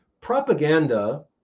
Propaganda